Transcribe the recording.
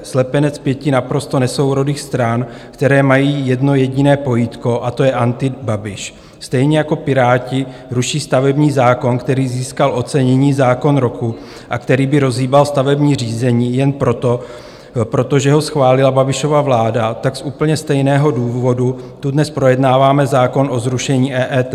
Slepenec pěti naprosto nesourodých stran, které mají jedno jediné pojítko, a to je Antibabiš stejně jako Piráti ruší stavební zákon, který získal ocenění Zákon roku a který by rozhýbal stavební řízení, jen proto, že ho schválila Babišova vláda, tak z úplně stejného důvodu tu dnes projednáváme zákon o zrušení EET.